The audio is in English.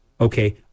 okay